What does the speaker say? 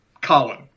Colin